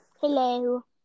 Hello